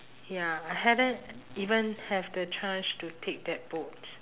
ya I hadn't even have the chance to take that boat